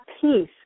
peace